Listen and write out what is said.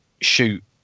shoot